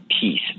peace